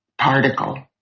particle